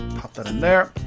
pop that in there,